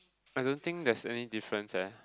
I don't think there's any difference eh